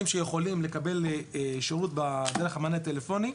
שיכולים לקבל שירות דרך המענה הטלפוני.